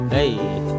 Hey